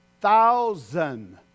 thousand